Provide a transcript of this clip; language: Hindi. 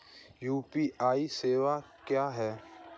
यू.पी.आई सवायें क्या हैं?